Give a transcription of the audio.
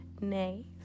Nay